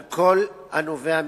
על כל הנובע מכך.